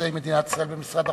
בנושאי מדינת ישראל במשרד החוץ,